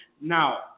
Now